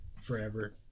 Forever